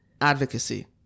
advocacy